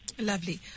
Lovely